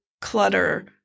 clutter